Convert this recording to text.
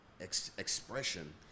expression